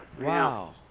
Wow